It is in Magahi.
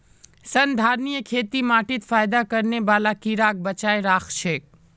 संधारणीय खेती माटीत फयदा करने बाला कीड़ाक बचाए राखछेक